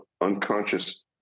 unconscious